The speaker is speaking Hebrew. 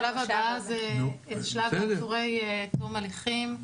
השלב הבא זה שלב עצורי תום הליכים.